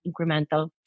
incremental